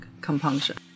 compunction